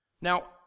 Now